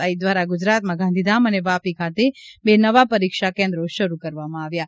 આઈ દ્વારા ગુજરાતમાં ગાંધીધામ અને વાપી ખાતે બે નવા પરીક્ષા કેન્દ્રો શરૂ કરવામાં આવ્યા છે